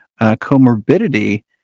comorbidity